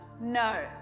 no